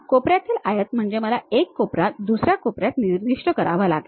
कोपऱ्यातील आयत म्हणजे मला एक कोपरा दुसर्या कोपऱ्यात निर्दिष्ट करावा लागेल